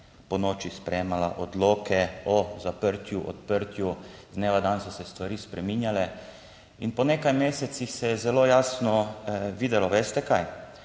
ponoči sprejemala odloke o zaprtju, odprtju, iz dneva v dan so se stvari spreminjale. In po nekaj mesecih se je zelo jasno videlo, veste kaj,